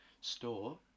store